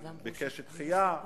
ביקש דחייה,